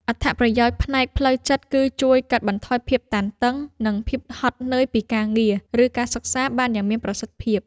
អត្ថប្រយោជន៍ផ្នែកផ្លូវចិត្តគឺជួយកាត់បន្ថយភាពតានតឹង និងភាពហត់នឿយពីការងារ ឬការសិក្សាបានយ៉ាងមានប្រសិទ្ធភាព។